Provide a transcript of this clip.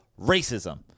racism